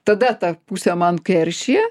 tada ta pusė man keršija